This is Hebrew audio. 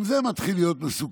גם זה מתחיל להיות מסוכן.